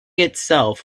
itself